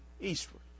eastward